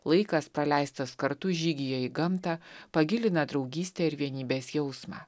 laikas praleistas kartu žygyje į gamtą pagilina draugystę ir vienybės jausmą